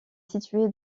situé